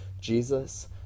Jesus